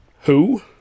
Who